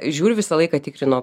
žiūriu visą laiką tikrinu